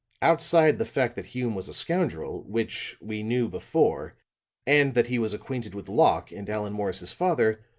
outside the fact that hume was a scoundrel which we knew before and that he was acquainted with locke and allan morris's father,